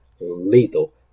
lethal